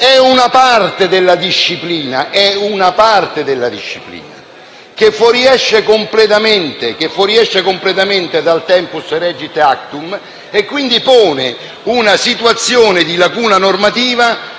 È una parte della disciplina, che fuoriesce completamente dal principio *tempus regit actum* e che, quindi, pone una situazione di lacuna normativa